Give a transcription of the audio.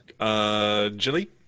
Jilly